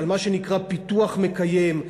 על מה שנקרא פיתוח מקיים,